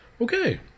Okay